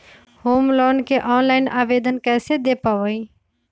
Home loan के online आवेदन कैसे दें पवई?